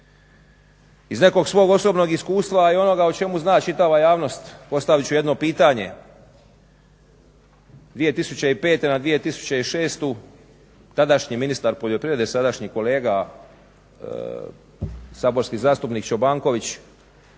Iz nekog svog osobnog iskustva, a i onoga o čemu zna čitava javnost postavit ću jedno pitanje, 2005.na 2006.tadašnji ministar poljoprivrede sadašnji kolega saborski zastupnik Čobanković